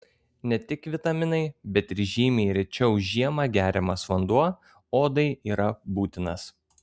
ne tik vitaminai bet ir žymiai rečiau žiemą geriamas vanduo odai yra būtinas